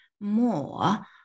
more